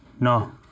no